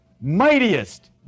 mightiest